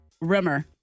Rimmer